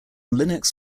linux